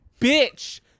bitch